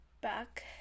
back